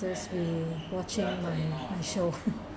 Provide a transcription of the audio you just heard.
just be watching my show